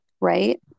right